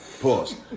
Pause